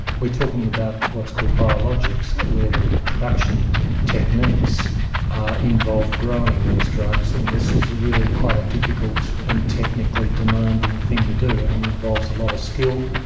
we're talking about what's called biologics where the production techniques involve growing these drugs, and this is really quite a difficult and technically demanding thing to do. it and and involves a lot of skill,